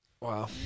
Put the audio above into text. Wow